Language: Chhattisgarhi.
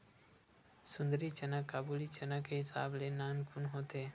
सुंदरी चना काबुली चना के हिसाब ले नानकुन होथे